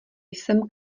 jsem